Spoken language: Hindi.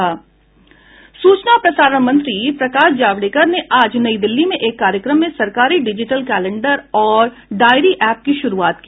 सूचना और प्रसारण मंत्री प्रकाश जावड़ेकर ने आज नई दिल्ली में एक कार्यक्रम में सरकारी डिजिटल कैलेंडर और डायरी एप की शुरूआत की